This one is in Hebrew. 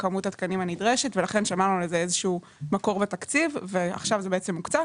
כמות התקנים הנדרשת ולכן שמרנו לזה איזשהו מקור בתקציב ועכשיו זה מוקצה.